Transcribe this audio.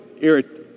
irritated